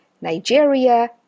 Nigeria